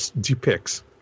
depicts